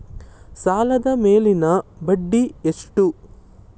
ಸಾಲದ ಮೇಲಿನ ಬಡ್ಡಿ ಎಷ್ಟು?